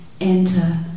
enter